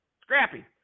Scrappy